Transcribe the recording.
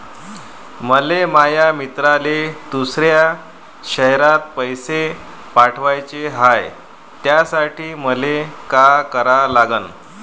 मले माया मित्राले दुसऱ्या शयरात पैसे पाठवाचे हाय, त्यासाठी मले का करा लागन?